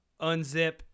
unzip